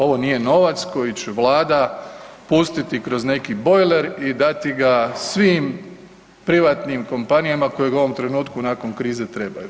Ovo nije novac koji će Vlada putiti kroz neki bojler i dati ga svim privatnim kompanijama koje ga u ovom trenutku nakon krize trebaju.